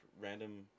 random